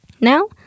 Now